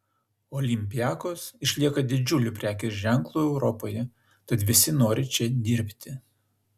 olympiakos išlieka didžiuliu prekės ženklu europoje tad visi nori čia dirbti